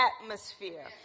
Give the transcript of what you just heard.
atmosphere